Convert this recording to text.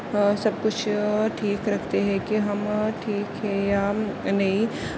سب کچھ ٹھیک رکھتے ہیں کہ ہم ٹھیک ہیں یا نہیں